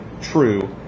true